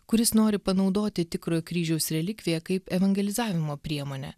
kuris nori panaudoti tikrojo kryžiaus relikviją kaip evangelizavimo priemonę